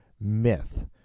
myth